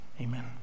amen